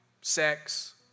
sex